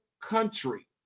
country